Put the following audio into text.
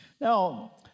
Now